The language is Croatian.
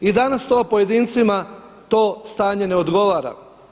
I danas to pojedincima to stanje ne odgovara.